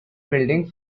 building